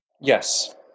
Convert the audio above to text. yes